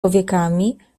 powiekami